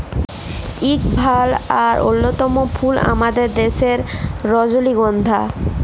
ইক ভাল আর অল্যতম ফুল আমাদের দ্যাশের রজলিগল্ধা